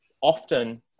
often